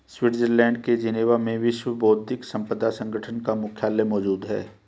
Switzerland के Geneva में विश्व बौद्धिक संपदा संगठन का मुख्यालय मौजूद है